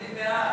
נתקבלו.